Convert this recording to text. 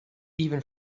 even